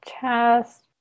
chest